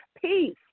peace